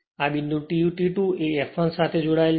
અને આ બિંદુ T2 એ F1 સાથી જોડાયેલ છે